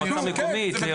למועצה המקומית?